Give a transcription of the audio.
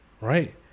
right